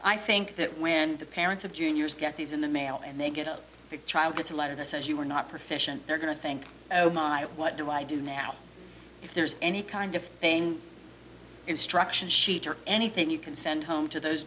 i think that when the parents of juniors get these in the mail and they get up to child gets a letter that says you're not profession they're going to think oh my what do i do now if there's any kind of pain instruction sheet or anything you can send home to those